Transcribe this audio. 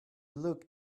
look